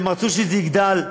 הם רצו שזה יגדל,